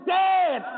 dead